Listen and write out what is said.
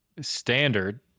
Standard